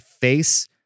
face